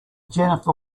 jennifer